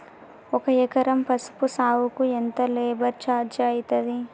ఒక ఎకరం పసుపు సాగుకు ఎంత లేబర్ ఛార్జ్ అయితది?